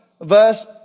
verse